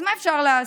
אז מה אפשר לעשות?